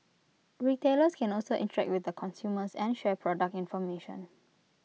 retailers can also interact with the consumers and share product information